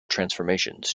transformations